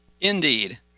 Indeed